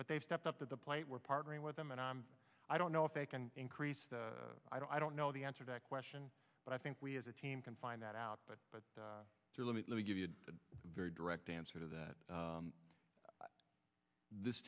but they've stepped up to the plate we're partnering with them and i'm i don't know if they can increase the i don't i don't know the answer that question but i think we as a team can find that out but but let me give you a very direct answer to that this